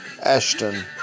Ashton